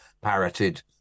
parroted